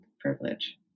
privilege